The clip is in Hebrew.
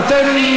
ואתם,